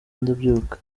ndabyuka